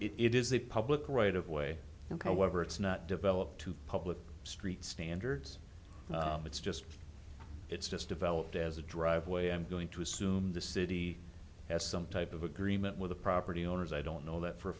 it is a public right of way and however it's not developed to public street standards it's just it's just developed as a driveway i'm going to assume the city has some type of agreement with the property owners i don't know that for a